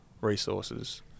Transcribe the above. resources